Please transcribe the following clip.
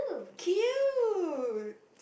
cute